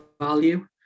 value